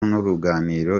n’uruganiriro